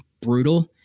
brutal